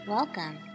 Welcome